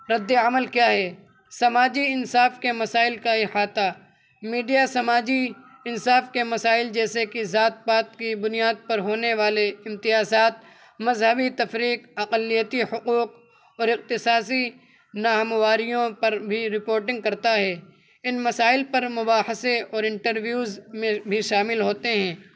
ردِ عمل کیا ہے سماجی انصاف کے مسائل کا احاطہ میڈیا سماجی انصاف کے مسائل جیسے کہ ذات پات کی بنیاد پر ہونے والے امتیازات مذہبی تفریق اقلیتی حقوق اور اقتصادی ناہمواریوں پر بھی رپورٹنگ کرتا ہے ان مسائل پر مباحثے اور انٹرویوز میں بھی شامل ہوتے ہیں